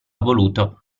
voluto